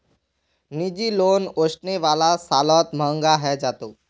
निजी लोन ओसने वाला सालत महंगा हैं जातोक